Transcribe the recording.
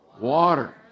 Water